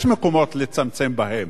יש מקומות לצמצם בהם,